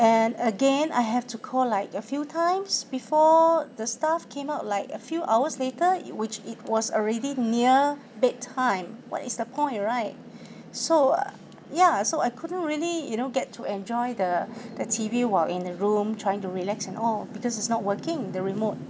and again I have to call like a few times before the staff came out like a few hours later which it was already near bedtime what is the point right so ya so I couldn't really you know get to enjoy the the T_V while in the room trying to relax and all because it's not working the remote